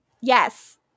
Yes